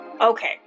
okay